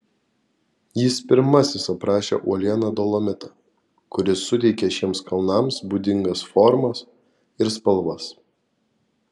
jis pirmasis aprašė uolieną dolomitą kuris suteikia šiems kalnams būdingas formas ir spalvas